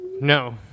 No